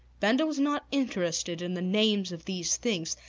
benda was not interested in the names of these things.